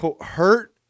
hurt